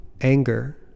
anger